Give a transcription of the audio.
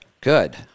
good